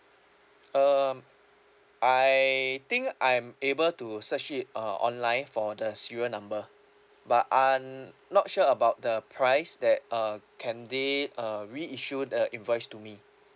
um I think I'm able to search it uh online for the serial number but I'm not sure about the price that uh can they uh re-issue the invoice to me